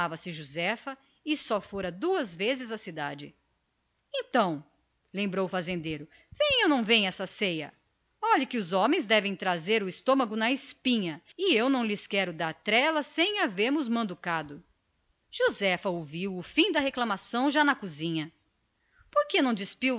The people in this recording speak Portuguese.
josefa e só fora duas vezes à cidade então reclamou o fazendeiro vem ou não vem essa merenda olhem que os homens devem trazer o estômago na espinha e eu não lhes quero dar trela sem havermos manducado a mulher ouviu o fim da reclamação já na cozinha por que não